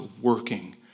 working